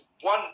one